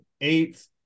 eighth